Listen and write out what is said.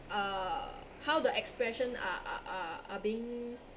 uh how the expression are are are are being